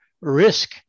risk